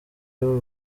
y’uyu